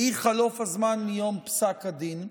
והיא חלוף הזמן מיום פסק הדין,